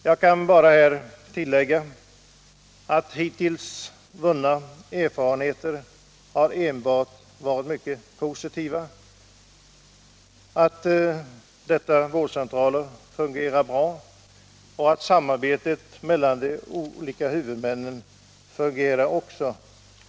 Jag kan bara tillägga att de hittills vunna erfarenheterna varit enbart mycket positiva, att vårdcentralerna fungerar bra och att samarbetet mellan de olika huvudmännen också fungerar utmärkt.